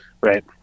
right